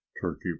turkey